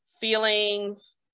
feelings